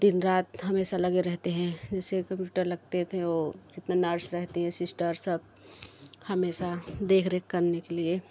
दिन रात हमेशा लगे रहते हैं जैसे कभी कुछ डर लगते थे वो जितना नर्स रहती हैं सिस्टर सब हमेशा देखरेख करने के लिए